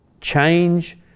Change